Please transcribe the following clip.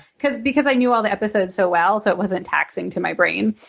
because because i knew all the episodes so well, so it wasn't taxing to my brain.